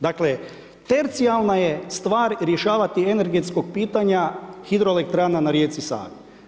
Dakle, tercijalna je stvar rješavati energetsko pitanje hidroelektrana na rijeci Savi.